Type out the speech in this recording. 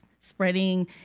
spreading